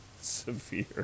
severe